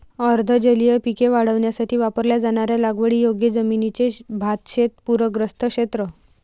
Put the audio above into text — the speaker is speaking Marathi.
अर्ध जलीय पिके वाढवण्यासाठी वापरल्या जाणाऱ्या लागवडीयोग्य जमिनीचे भातशेत पूरग्रस्त क्षेत्र